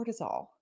cortisol